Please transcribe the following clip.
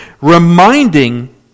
Reminding